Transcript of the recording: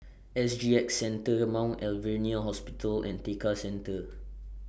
S G X Centre The Mount Alvernia Hospital and Tekka Centre